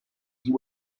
you